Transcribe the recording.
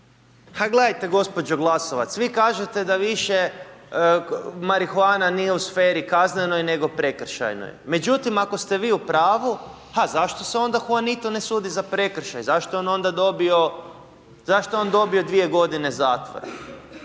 gledajte gđo. Glasovac, vi kažete da više marihuana nije u sferi kaznenoj nego prekršajnoj međutim ako ste vi u pravu, pa zašto se onda Juanitu ne sudi za prekršaj, zašto je on dobio 2 g. zatvora?